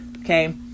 okay